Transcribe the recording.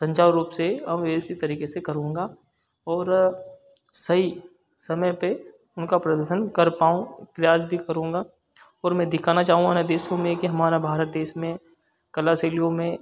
सुचारु रूप से अब ऐसे तरीके से करूँगा और सही समय पर उनका प्रदर्शन कर पाऊँ प्रयास भी करूँगा और मैं दिखाना चाहूँगा अन्य देश को में कि हमारा भारत देश में कला शैलियों में